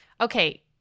okay